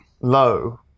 low